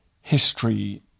history